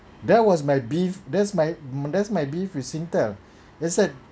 that was my beef that's my that's my beef with singtel that's like